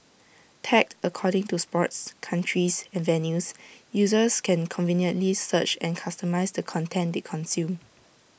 tagged according to sports countries and venues users can conveniently search and customise the content they consume